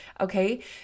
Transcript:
Okay